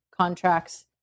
contracts